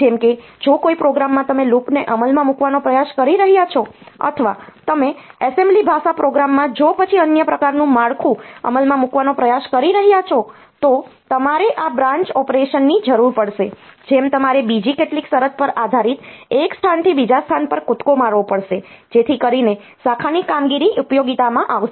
જેમ કે જો કોઈ પ્રોગ્રામમાં તમે લૂપને અમલમાં મૂકવાનો પ્રયાસ કરી રહ્યાં છો અથવા તમે એસેમ્બલી ભાષા પ્રોગ્રામમાં જો પછી અન્ય પ્રકારનું માળખું અમલમાં મૂકવાનો પ્રયાસ કરી રહ્યાં છો તો તમારે આ બ્રાન્ચ ઓપરેશન્સ ની જરૂર પડશે જેમાં તમારે બીજી કેટલીક શરત પર આધારિત એક સ્થાનથી બીજા સ્થાન પર કૂદકો મારવો પડશે જેથી કરીને શાખાની કામગીરી ઉપયોગીતામાં આવશે